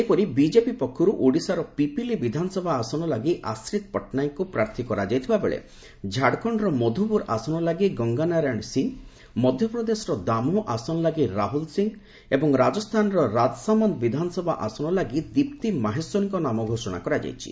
ସେହିପରି ବିଜେପି ପକ୍ଷରୁ ଓଡିଶାର ପିପିଲି ବିଧାନସଭା ଆସନ ଲାଗି ଆଶ୍ରିତ ପଟ୍ଟନାୟକଙ୍କୁ ପ୍ରାର୍ଥୀ କରାଯାଇଥିବାବେଳେ ଝାଡଖଣ୍ଡର ମଧୁପୁର ଆସନ ଲାଗି ଗଙ୍ଗାନାରାୟଣ ସିଂ ମଧ୍ୟପ୍ରଦେଶର ଦାମୋହ ଆସନ ଲାଗି ରାହୁଲ ସିଂ ଏବଂ ରାଜସ୍ଥାନର ରାଜସାମାନ୍ଦ ବିଧାନସଭା ଆସନ ଲାଗି ଦୀପ୍ତି ମାହେଶ୍ୱରୀଙ୍କ ନାମ ଘୋଷଣା କରାଯାଇଛି